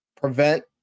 prevent